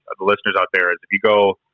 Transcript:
ah the listeners out there, is if you go,